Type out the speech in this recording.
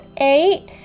eight